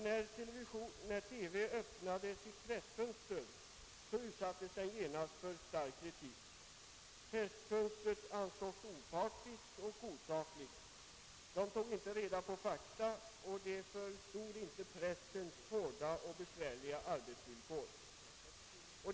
När TV öppnade sitt Pressfönster utsattes det emellertid genast för stark kritik. Pressfönstret ansågs partiskt och osakligt; vederbörande tog inte reda på fakta och förstod inte pressens hårda och svåra arbetsvillkor.